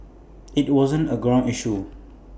IT wasn't A ground issue